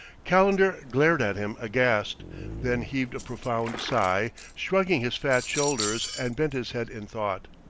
calendar glared at him aghast then heaved a profound sigh, shrugged his fat shoulders, and bent his head in thought.